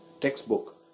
textbook